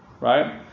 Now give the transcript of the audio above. Right